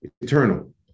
eternal